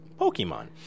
Pokemon